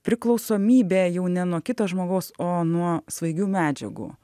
priklausomybė jau ne nuo kito žmogaus o nuo svaigių medžiagų